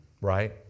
Right